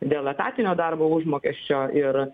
dėl etatinio darbo užmokesčio ir